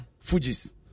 Fujis